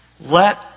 Let